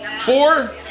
Four